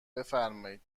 بفرمایید